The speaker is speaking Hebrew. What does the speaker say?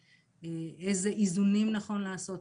איזה איזון נכון לעשות,